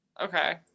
Okay